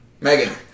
Megan